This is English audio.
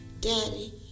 Daddy